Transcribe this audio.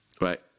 right